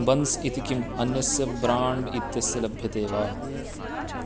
buns इति किम् अन्यस्य ब्राण्ड् इत्यस्य लभ्यते वा